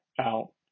out